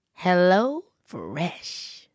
HelloFresh